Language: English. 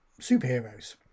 superheroes